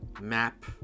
map